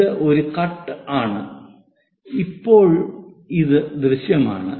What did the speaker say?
ഇത് ഒരു കട്ട് ആണ് പക്ഷേ ഇപ്പോഴും അത് ദൃശ്യമാണ്